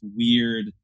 weird